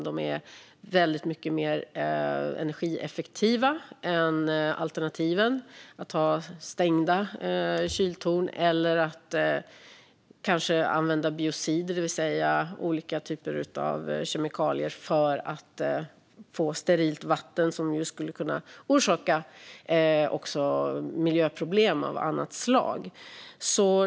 De är väldigt mycket mer energieffektiva än alternativen att ha stängda kyltorn eller använda biocider, det vill säga olika typer av kemikalier, för att få sterilt vatten. Det skulle kunna orsaka miljöproblem av annat slag.